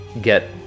get